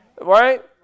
Right